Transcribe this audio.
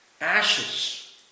ashes